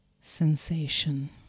sensation